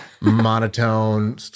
monotone